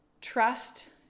trust